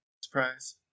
Surprise